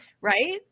right